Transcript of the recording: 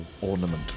ornament